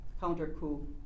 counter-coup